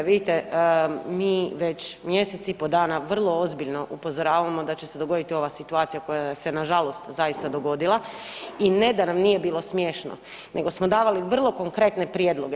Vidite mi već mjesec i pol dana vrlo ozbiljno upozoravamo da će se dogoditi ova situacija koja se nažalost zaista dogodila i ne da nam nije bilo smiješno nego smo davali vrlo konkretne prijedloge.